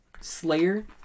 Slayer